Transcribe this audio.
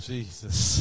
Jesus